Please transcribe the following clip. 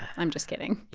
i'm just kidding